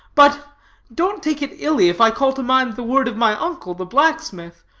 but don't take it illy if i call to mind the word of my uncle, the blacksmith,